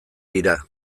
dira